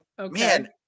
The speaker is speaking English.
Man